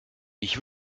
ich